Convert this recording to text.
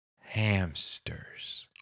hamsters